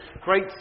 great